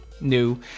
new